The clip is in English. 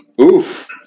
Oof